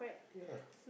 ya